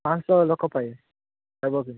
ପାଞ୍ଚଶହ ଲୋକପାଇଁ ହେବ କି